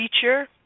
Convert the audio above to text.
feature